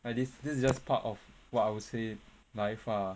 like this this is just part of what I would say life ah